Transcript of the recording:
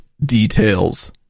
details